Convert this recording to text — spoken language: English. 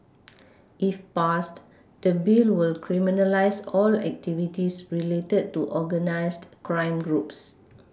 if passed the Bill will criminalise all activities related to organised crime groups